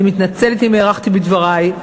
אני מתנצלת אם הארכתי בדברי.